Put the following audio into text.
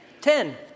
Ten